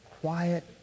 quiet